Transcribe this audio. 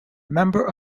member